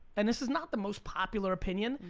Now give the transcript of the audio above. and this is not the most popular opinion,